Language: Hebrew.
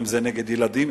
אם זה נגד ילדים,